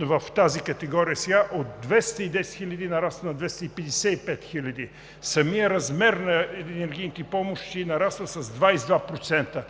в тази категория, от 210 хиляди сега, нарастват на 255 хиляди. Размерът на енергийните помощи нараства с 22%.